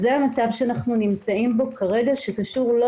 אז זה המצב שאנחנו נמצאים בו כרגע שקשור לא